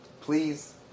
please